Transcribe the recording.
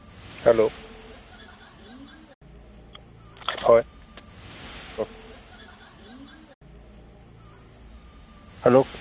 hello হয় কওক hello